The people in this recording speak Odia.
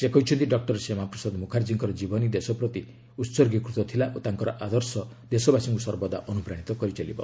ସେ କହିଛନ୍ତି ଡକ୍ଟର ଶ୍ୟାମାପ୍ରସାଦ ମୁଖାର୍ଜୀଙ୍କର ଜୀବନୀ ଦେଶପ୍ରତି ଉତ୍ଗୀକୃତ ଥିଲା ଓ ତାଙ୍କର ଆଦର୍ଶ ଦେଶବାସୀଙ୍କୁ ସର୍ବଦା ଅନୁପ୍ରାଣିତ କରିଚାଲିବ